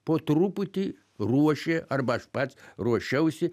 po truputį ruošė arba aš pats ruošiausi